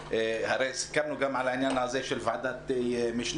הרי סיכמנו גם על העניין הזה של ועדת משנה,